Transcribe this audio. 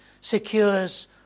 secures